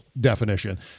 definition